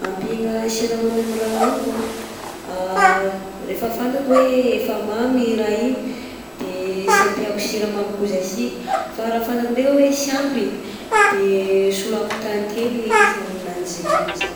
Ampiegna siramamy amin'ny raha hoaniko an: rehefa fantako hoe efa mamy raha igny de tsy ampiako siramamy koza sy fa raha fantako ndreka hoe tsy ampy de soloako tantely izy aminanjy akegny zany.